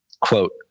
Quote